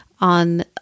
on